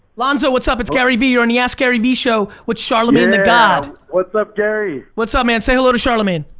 alonso what's up, it's gary vee. you're on the askgaryvee show with charlamagne tha god. what's up gary? what's up man, say hello to charlamagne.